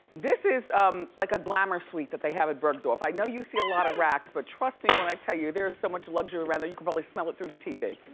this is um like a glamor suite that they have at bergdorf. i know you see a lot of racks, but trust me when i tell you, there is so much luxury around there, you could probably smell it through the tv.